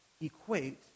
equate